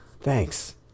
Thanks